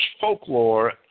folklore